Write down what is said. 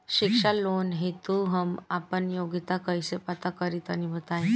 शिक्षा लोन हेतु हम आपन योग्यता कइसे पता करि तनि बताई?